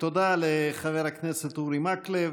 תודה לחבר הכנסת אורי מקלב.